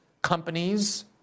Companies